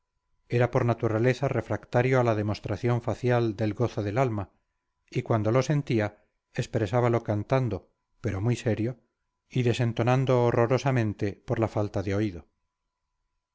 era por naturaleza refractario a la demostración facial del gozo del alma y cuando lo sentía expresábalo cantando pero muy serio y desentonando horrorosamente por la falta de oído